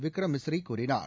விக்ரம் மிஸ்ரி கூறினார்